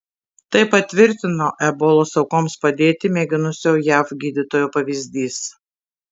tai patvirtino ebolos aukoms padėti mėginusio jav gydytojo pavyzdys